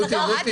את יודעת,